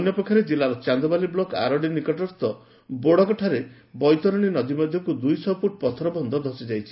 ଅନ୍ୟପକ୍ଷରେ ଜିଲ୍ଲାର ଚାନ୍ଦବାଲି ବ୍ଲକ ଆରଡି ନିକଟସ୍ଥ ବୋଡକଠାରେ ବୈତରଣୀ ନଦୀ ମଧକୁ ଦୁଇଶହ ପୁଟ ପଥର ବନ୍ଧ ଧସି ଯାଇଛି